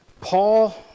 Paul